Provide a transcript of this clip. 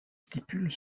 stipules